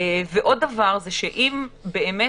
עוד דבר זה שאם באמת